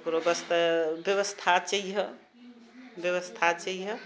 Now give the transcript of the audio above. ओकरो वास्ते व्यवस्था चाहिए व्यवस्था चाहिए